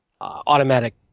automatic